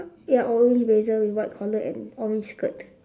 ya orange blazer with white collar and orange skirt